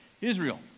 Israel